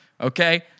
Okay